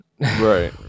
Right